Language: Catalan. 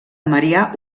marià